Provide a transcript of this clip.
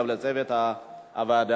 וגם לצוות הוועדה.